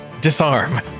Disarm